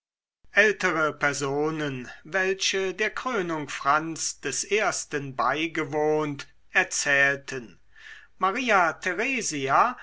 ältere personen welche der krönung franz des ersten beigewohnt erzählten maria theresia